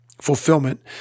fulfillment